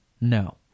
No